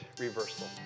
reversal